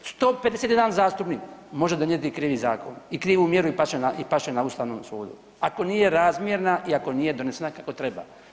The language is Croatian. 115 zastupnik može donijeti krivi zakon i krivu mjeru i past će na Ustavnom sudu, ako nije razmjerna i ako nije donesena kako treba.